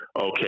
Okay